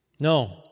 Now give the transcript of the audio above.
No